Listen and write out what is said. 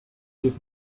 give